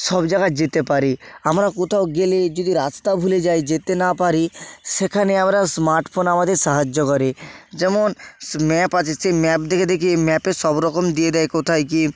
সব জায়গায় যেতে পারি আমরা কোথাও গেলে যদি রাস্তা ভুলে যাই যেতে না পারি সেখানে আমরা স্মার্টফোন আমাদের সাহায্য করে যেমন ম্যাপ আছে সেই ম্যাপ দেখে দেখে ম্যাপে সব রকম দিয়ে দেয় কোথায় কি